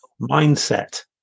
mindset